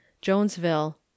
jonesville